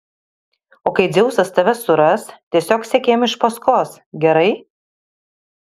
o kai dzeusas tave suras tiesiog sek jam iš paskos gerai